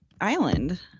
island